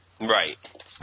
Right